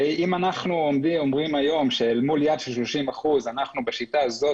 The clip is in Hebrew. אם אנחנו אומרים היום שמול יעד של 30% בשיטה הזאת